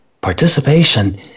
participation